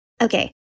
Okay